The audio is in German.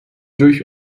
durch